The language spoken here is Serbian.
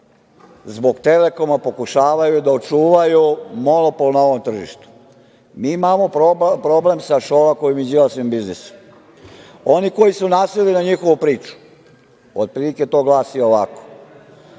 zbog „Telekoma“ pokušavaju da očuvaju monopol na ovom tržištu. Mi imamo problem sa Šolakovim i Đilasovim biznisom. Oni koji su naseli na njihovu priču, otprilike to glasi ovako